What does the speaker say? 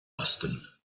osten